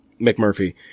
McMurphy